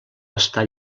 estar